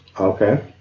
Okay